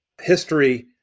history